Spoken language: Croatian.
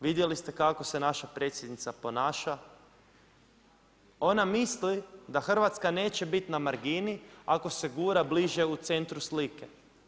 Vidjeli ste kako se naša predsjednica ponaša, ona misli da Hrvatska neće biti na margini ako se gura bliže u centru slike.